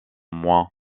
moins